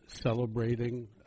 celebrating